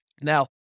Now